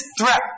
threat